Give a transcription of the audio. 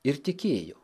ir tikėjo